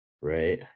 Right